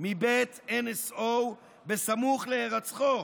מבית NSO סמוך להירצחו.